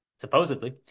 Supposedly